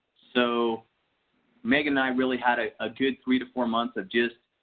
so making that really had a ah good three to four months of just